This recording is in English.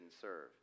serve